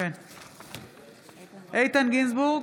איתן גינזבורג,